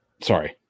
Sorry